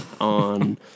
on